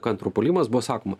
kontrapuolimas buvo sakoma